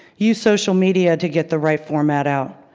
use social media to get the right format out.